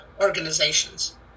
organizations